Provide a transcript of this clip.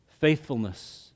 faithfulness